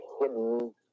hidden